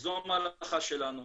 זו --- שלנו,